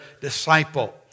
disciple